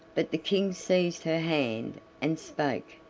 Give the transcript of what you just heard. but the king seized her hand and spake